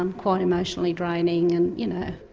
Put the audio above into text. um quite emotionally draining and you know.